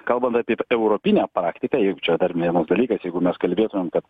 kalbame apie europinę praktiką juk čia dar vienas dalykas jeigu mes kalbėtumėm kad